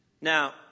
Now